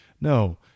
no